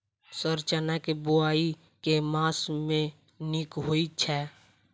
Sir चना केँ बोवाई केँ मास मे नीक होइ छैय?